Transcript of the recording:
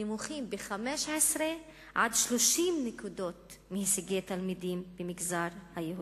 נמוכים ב-15 עד 30 נקודות מהישגי התלמידים במגזר היהודי.